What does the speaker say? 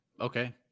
Okay